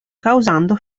causando